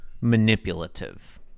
manipulative